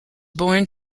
born